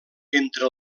entre